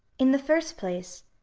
in the first place,